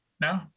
No